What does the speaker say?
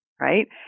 right